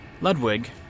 Ludwig